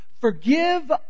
Forgive